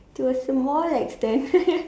to a small extent